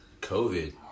covid